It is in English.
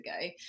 ago